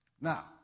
Now